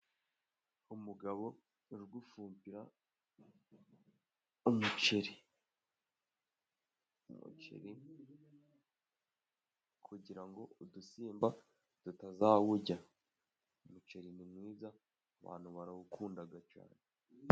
Umugabo ari gufumbira umuceri. Umuceri kugira ngo udusimba tutazawurya. Umuceri ni mwiza, abantu barawukunda cyane.